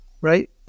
right